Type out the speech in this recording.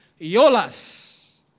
Yolas